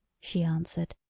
she answered.